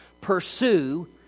pursue